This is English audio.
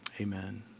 Amen